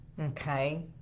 okay